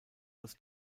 als